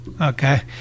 Okay